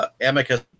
Amicus